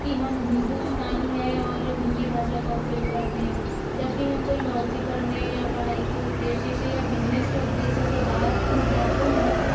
की हम हिन्दुस्तानी है और हिन्दी भाषा का उपयोग करते है जब भी हम कही नौकरी करने या पढ़ाई के उदेश्य से या बिजनेस के उदेश्य से बाहर जाते है